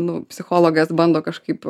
nu psichologas bando kažkaip